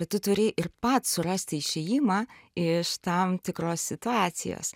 bet tu turi ir pats surasti išėjimą iš tam tikros situacijos